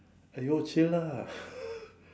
!aiyo! chill lah